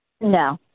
No